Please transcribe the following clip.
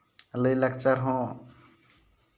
ᱞᱟᱭᱼᱞᱟᱠᱪᱟᱨ ᱦᱚᱸ